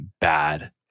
bad